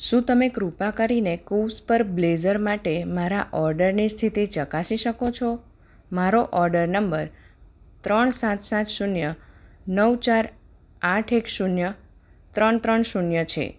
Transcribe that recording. શું તમે કૃપા કરીને કૂવ્સ પર બ્લેઝર માટે મારા ઓર્ડરની સ્થિતિ ચકાસી શકો છો મારો ઓર્ડર નંબર ત્રણ સાત સાત શૂન્ય નવ ચાર આઠ એક શૂન્ય ત્રણ ત્રણ શૂન્ય છે